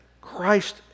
Christ